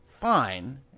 fine